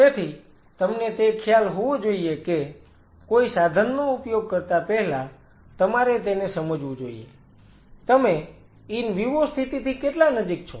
તેથી તમને તે ખ્યાલ હોવો જોઈએ કે કોઈ સાધનનો ઉપયોગ કરતા પહેલા તમારે તેને સમજવું જોઈએ તમે ઈન વિવો સ્થિતિથી કેટલા નજીક છો